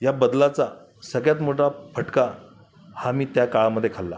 या बदलाचा सगळ्यात मोठा फटका हा मी त्या काळामध्ये खाल्ला